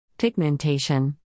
Pigmentation